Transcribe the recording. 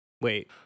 Wait